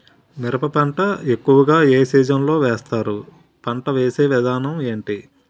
మిరప పంట ఎక్కువుగా ఏ సీజన్ లో వేస్తారు? పంట వేసే విధానం ఎంటి?